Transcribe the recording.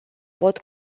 pot